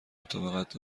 مطابقت